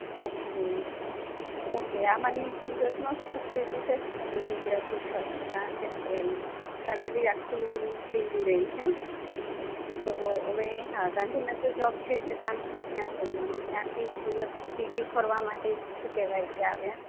હં ઓકે આ મારી બી સુરતમાં ફર્સ્ટ વિઝિટ જ છે હું ગુજરાતી છું છતાં કેમકે ફેમેલી આખું દિલ્લી રે છે તો હવે હા ગાંધીનગર જોબ છે એટલે ટ્રાન્સફર ત્યાં થયું અને ત્યાંથી સુરત સિટી ફરવા માટે શું કેવાય કે આવ્યા